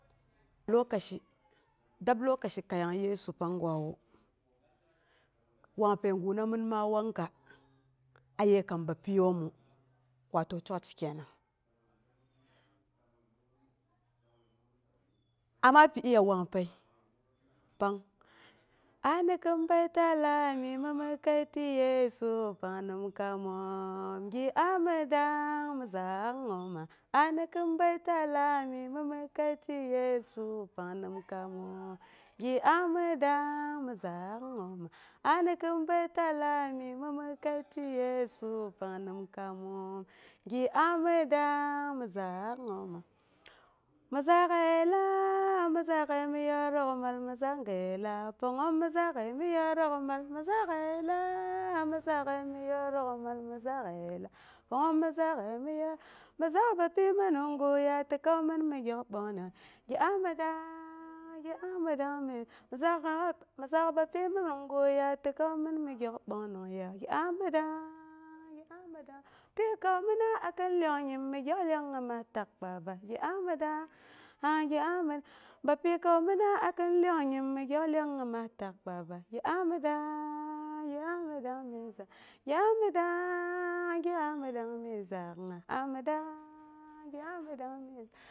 Lokaci, dab lokaci kəiyong yesu panggwawu, wangpəiguna mɨn maa wangka, aye kam bapyiyoomu watou church kenang ama pi iya wang pəi pang ani kin baita lami ni mi kəiti yesu pang nimkaamoom, gɨ a mi dang mi zaak'ungngoma, ani kin baitalami ni mi kəi tɨ yesu pang nim kaamom gi aa mi dang mi zaak'ung. Mɨ zaak'əi laa, mɨ zaak'əi mi yoorok mal, mi zaak'gaye laa pangngoom mi zaak'əi mi yoorokmal. Mɨ zaak'əi laah, mi zaak'əi mi yoorokmal, mi zaak'əi laah, pangngoom mi zaak'əi mi. Yoorokmal. Mɨ zaak bapyi mɨ nimguya kaumin mi gyok bonongyəi gi a mɨ dangng, gi a mi zaak bapyi mi numguya ti kaumɨn mi gyok bongnongyeya gi ami dangng, gi ami dangng. tɨnn gaumina a kn iyong nyim mi a mi gyok ngimas taak kpaba gi ami dang gi a mi dang. Bapyi kaupina a kin iyong nyin mi gyok ngimas taak kpaba, gi a mi dang gi a mi dangng min zaak'ung, gi a mi dang gi am dang mi zaak'ung gi a mi dang gi am dang mi zaak'ung